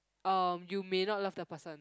uh you may not love the person